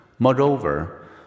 Moreover